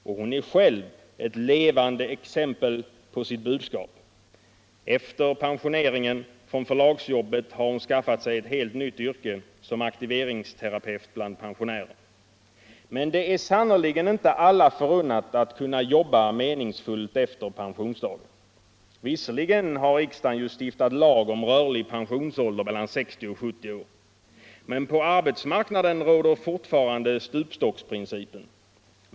Och hon är själv ett levande exempel på sitt budskap — efter pensioneringen från förlagsjobbet har hon skaffat sig ett helt nytt yrke, som aktiveringsterapeut bland pensionärer. | Men det är sannerligen inte alla förunnat att kunna jobba meningsfullt efter pensionsdagen. Visserligen har riksdagen ju stiftat lag om rörlig pensionsålder mellan 60 och 70 år. Men på arbetsmarknaden råder fortfarande stupstocksprincipen.